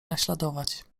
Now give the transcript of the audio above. naśladować